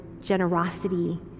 generosity